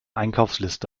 einkaufsliste